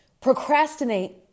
procrastinate